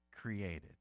created